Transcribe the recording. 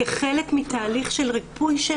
כחלק מתהליך של ריפוי,